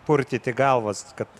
purtyti galvas kad